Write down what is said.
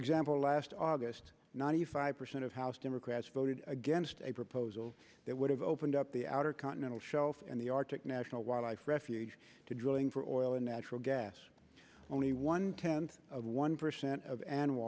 example last august ninety five percent of house democrats voted against a proposal that would have opened up the outer continental shelf and the arctic national wildlife refuge to drilling for oil and natural gas only one tenth of one percent of an